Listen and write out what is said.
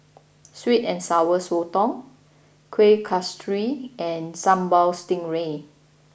Sweet and Sour Sotong Kuih Kasturi and Sambal Stingray